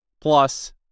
plus